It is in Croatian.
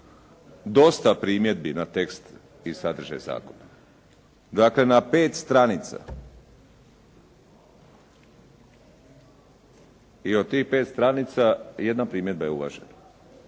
dosta primjedbi na tekst i sadržaj zakona. Dakle na pet stranica i od tih pet stranica jedna primjedba je uvažena.